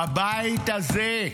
בבית הזה,